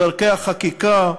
בדרכי החקיקה.